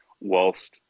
whilst